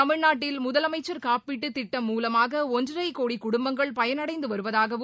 தமிழ்நாட்டில் முதலமைச்சர் காப்பீட்டுத் திட்டம் மூலமாக ஒன்றரை கோடி குடும்பங்கள் பயனடைந்து வருவதாகவும்